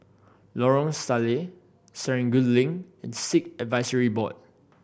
Lorong Salleh Serangoon Link and Sikh Advisory Board